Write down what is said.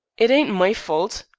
it ain't my fault,